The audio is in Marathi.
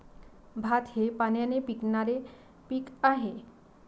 भात हे पाण्याने पिकणारे पीक आहे